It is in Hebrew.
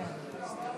אבל קצת בשקט.